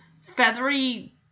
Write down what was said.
feathery